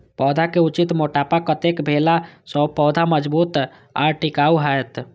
पौधा के उचित मोटापा कतेक भेला सौं पौधा मजबूत आर टिकाऊ हाएत?